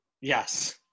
Yes